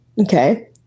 Okay